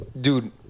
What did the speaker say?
Dude